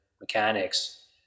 mechanics